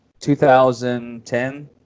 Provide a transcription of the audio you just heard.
2010